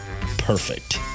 Perfect